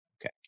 Okay